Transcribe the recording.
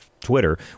Twitter